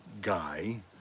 guy